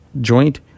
Joint